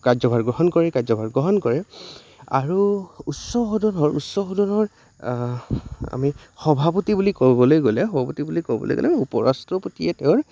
কাৰ্যভাৰ গ্ৰহণ কৰে কাৰ্যভাৰ গ্ৰহণ কৰে আৰু উচ্চ সদনৰ উচ্চ সদনৰ আমি সভাপতি বুলি ক'বলৈ গ'লে সভাপতি বুলি ক'বলৈ গ'লে উপৰাষ্ট্ৰপতিয়ে তেওঁৰ